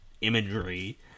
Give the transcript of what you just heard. imagery